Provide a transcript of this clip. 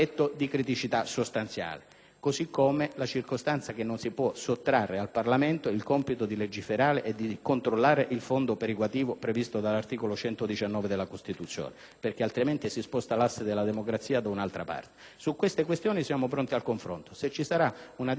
stesso modo, non si può sottrarre al Parlamento il compito di legiferare e di controllare il fondo perequativo previsto dall'articolo 119 della Costituzione. In questo modo, si sposta l'asse della democrazia in un'altra direzione. Su tali questioni siamo pronti al confronto, e se ci sarà disponibilità, non abbiamo difficoltà